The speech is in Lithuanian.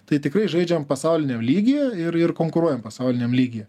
tai tikrai žaidžiam pasauliniam lygyje ir ir konkuruojam pasauliniam lygyje